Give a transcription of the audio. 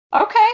okay